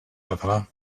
català